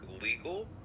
legal